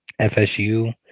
FSU